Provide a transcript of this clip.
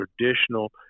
traditional